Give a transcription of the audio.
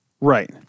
Right